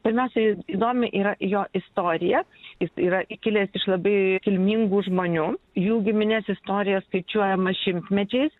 pirmiausia į įdomi yra jo istorija jis yra įkilęs iš labai kilmingų žmonių jų giminės istorija skaičiuojama šimtmečiais